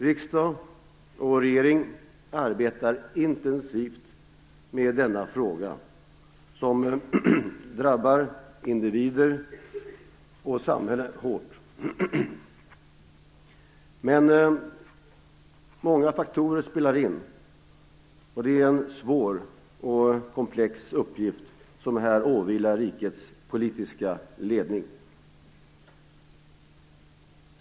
Riksdag och regering arbetar intensivt med denna fråga, som drabbar individer och samhälle hårt. Men många faktorer spelar in, och det är en svår och komplex uppgift som här åvilar rikets politiska ledning.